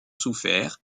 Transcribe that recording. souffert